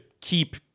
keep